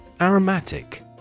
Aromatic